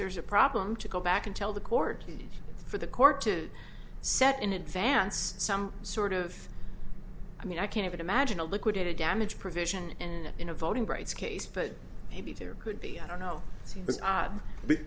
there's a problem to go back and tell the court for the court to set in advance some sort of i mean i can't imagine a liquidated damage provision and in a voting rights case but maybe there could be i don't know